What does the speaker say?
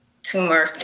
tumor